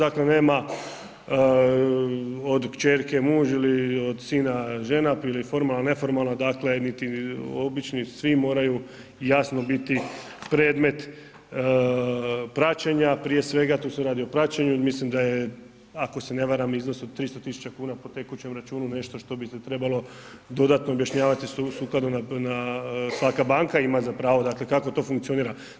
Dakle, nema od kćerke muž ili od sina žena bili formalno, neformalno dakle niti obični, svi moraju jasno biti predmet praćenja, prije svega tu se radi o praćenju, jer mislim da je ako se ne varam iznos od 300.000 kuna po tekućem računu nešto što bi se trebalo dodatno objašnjavati sukladno na, svaka banka ima za pravo dakle kako to funkcionira.